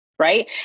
Right